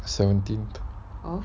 seventeenth